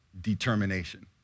determination